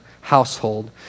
household